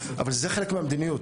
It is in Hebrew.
אבל זה חלק מהמדיניות,